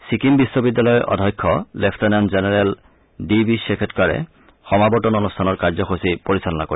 ছিক্কিম বিশ্ববিদ্যালয়ৰ অধ্যক্ষ lieutenant general D B ছেখটকাৰে সমাৱৰ্তন অনুষ্ঠানৰ কাৰ্যসূচী পৰিচালনা কৰিব